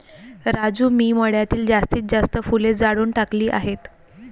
राजू मी मळ्यातील जास्तीत जास्त फुले जाळून टाकली आहेत